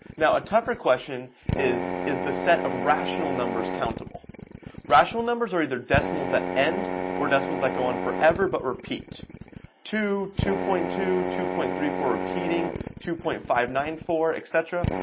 now a tougher question is is the set of rational numbers countable rational numbers are either decimals that end or decimals that go on forever. but repeat two two point two two point three for repeating two point five nine four etc.